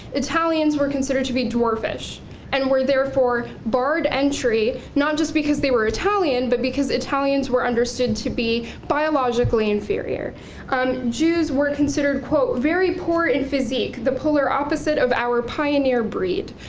italians, were considered to be dwarfish and were therefore barred entry, not just because they were italian, but because italians were understood to be biologically inferior um jews were considered quote very poor in physique, the polar opposite of our pioneer breed,